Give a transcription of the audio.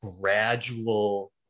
gradual